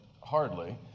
hardly